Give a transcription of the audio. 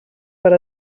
per